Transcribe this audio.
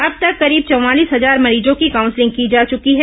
अब तक करीब चवालीस हजार मरीजों की काउंसलिंग की जा चुकी है